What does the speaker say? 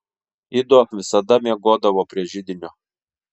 ido visada miegodavo prie židinio